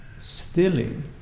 stilling